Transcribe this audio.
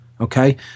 okay